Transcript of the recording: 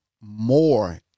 more